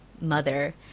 mother